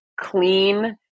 clean